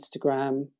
instagram